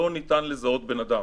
לא ניתן לזהות בן-אדם.